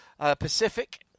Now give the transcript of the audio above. Pacific